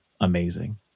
amazing